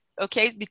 Okay